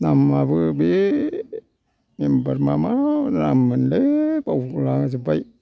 नामाबो बे मेम्बार मामा नाम मोनलाय बावला जोब्बाय